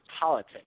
politics